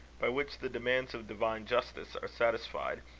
by which the demands of divine justice are satisfied,